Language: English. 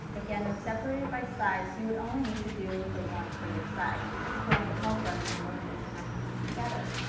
again i've separated by size so you would only need to do the one for your size. this is going to help us when we're placing our pieces together.